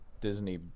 Disney